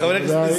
חברי מכובדי,